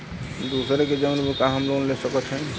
दूसरे के जमीन पर का हम लोन ले सकत हई?